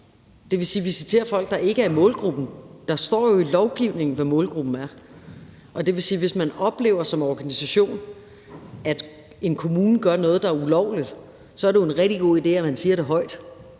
dvs. visiterer folk, der ikke er i målgruppen, og der står jo i lovgivningen, hvad målgruppen er, og at hvis man oplever som organisation, at en kommune gør noget, der er ulovligt, er det en rigtig god idé, at man siger det højt.